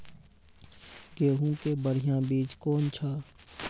गेहूँ के बढ़िया बीज कौन छ?